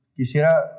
Quisiera